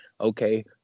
okay